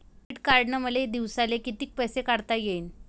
Debit कार्डनं मले दिवसाले कितीक पैसे काढता येईन?